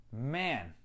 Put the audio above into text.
Man